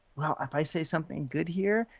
well if i say something good here?